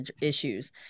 issues